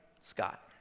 Scott